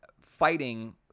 fighting